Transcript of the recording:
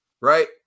Right